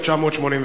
1981,